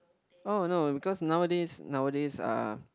oh no because nowadays nowadays uh